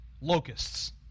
locusts